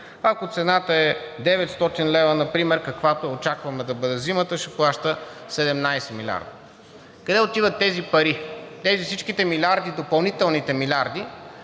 ако цената е 900 лв. например, каквато очакваме да бъде зимата, ще плаща 17 милиарда. Къде отиват тези пари? Тези всичките милиарди – допълнителните милиарди,